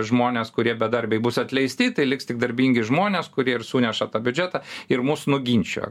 žmonės kurie bedarbiai bus atleisti tai liks tik darbingi žmonės kurie ir suneša tą biudžetą ir mus nuginčijo